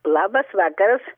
labas vakaras